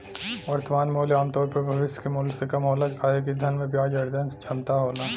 वर्तमान मूल्य आमतौर पर भविष्य के मूल्य से कम होला काहे कि धन में ब्याज अर्जन क्षमता होला